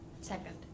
Second